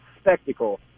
spectacle